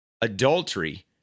Adultery